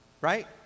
Right